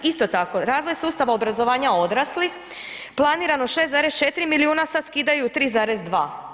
Isto tako, razvoj sustava obrazovanja odraslih, planirano 6,4 milijuna, sad skidaju 3,2.